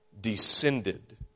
descended